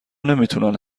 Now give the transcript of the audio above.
نمیتونن